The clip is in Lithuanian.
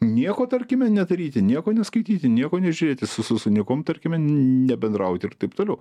nieko tarkime nedaryti nieko neskaityti nieko nežiūrėti su su su niekuom tarkime nebendrauti ir taip toliau